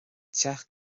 teach